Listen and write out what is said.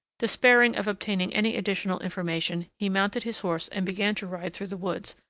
despairing of obtaining any additional information, he mounted his horse and began to ride through the woods,